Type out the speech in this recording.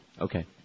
Okay